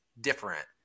different